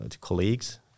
colleagues